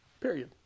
period